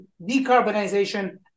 decarbonization